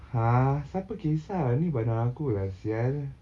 !huh! siapa kisah ni badan aku lah [sial]